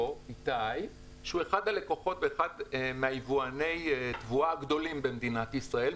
שהוא אחד מיבואני התבואה הגדולים במדינת ישראל,